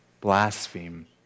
blaspheme